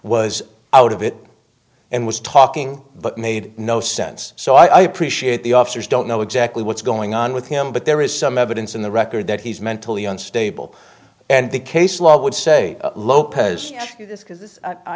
was out of it and was talking but made no sense so i appreciate the officers don't know exactly what's going on with him but there is some evidence in the record that he's mentally unstable and the case law would say lopez